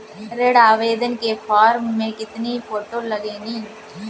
ऋण आवेदन के फॉर्म में कितनी फोटो लगेंगी?